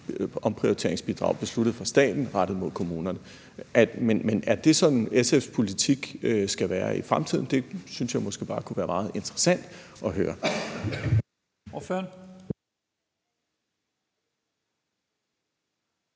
omprioriteringsbidrag besluttet fra staten rettet mod kommunerne. Men er det sådan, SF's politik skal være i fremtiden? Det synes jeg måske bare kunne være meget interessant at høre.